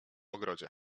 ogrodzie